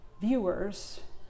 viewers